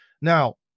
now